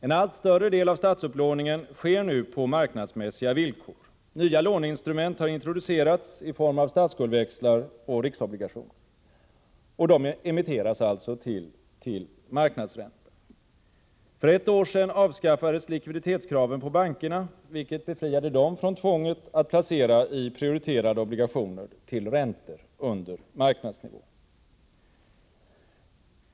En allt större del av statsupplåningen sker nu på marknadsmässiga villkor. Nya låneinstrument har introducerats i form av statsskuldväxlar och riksobligationer. De emitteras alltså till marknadsränta. För ett år sedan avskaffades likviditetskraven på bankerna, vilket befriade dem från tvånget att placera i prioriterade obligationer till räntor under marknadsnivån.